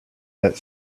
that